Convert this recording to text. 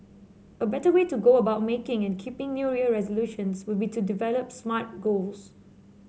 a better way to go about making and keeping New Year resolutions would be to develop smart goals